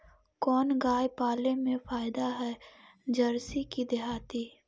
कोन गाय पाले मे फायदा है जरसी कि देहाती?